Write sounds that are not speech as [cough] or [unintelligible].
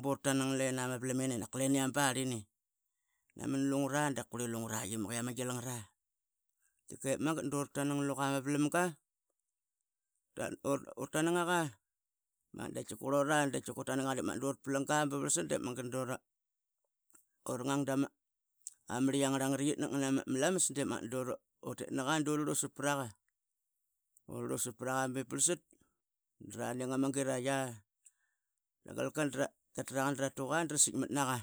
duratanang lina ma valamini naka lina iama barlini namana lunguta aqa uru tanang aqa. [unintelligible] Dip magat durangang da ma marlitk ia ngarangaritki nak ngan ma lamas dutungra durulusap praka, urulusap pra ka bip prlasat draning ama giraiqia sagalka dratraka dra tuqa dra satmatna qa ura satmatna qa.